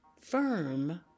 Firm